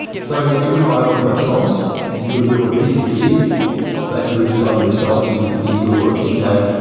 so you would buy one of our soms and you would build a pcb that you would design yourself, using eagle or kicad.